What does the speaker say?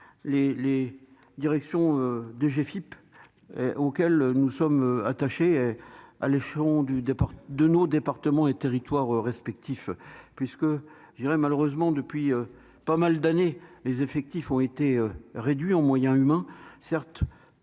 les directions DGFIP auquel nous sommes attachés à l'échelon du départ de nos départements et territoires respectifs puisque je dirais malheureusement depuis pas mal d'années, les effectifs ont été réduits en moyens humains certes